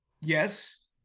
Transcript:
yes